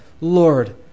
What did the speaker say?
Lord